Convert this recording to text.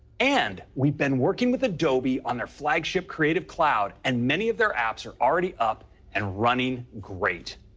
and we've been working with adobe on their flagship creative cloud, and many of their apps are already up and running great.